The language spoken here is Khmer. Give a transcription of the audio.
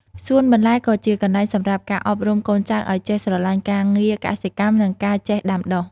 សួនបន្លែក៏ជាកន្លែងសម្រាប់ការអប់រំកូនចៅឱ្យចេះស្រឡាញ់ការងារកសិកម្ម និងការចេះដាំដុះ។